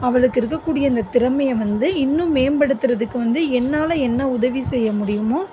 அவளுக்கு இருக்கறக்கூடிய இந்த திறமையை வந்து இன்னும் மேம்படுத்துறதுக்கு வந்து என்னால் என்ன உதவி செய்ய முடியுமோ